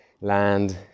land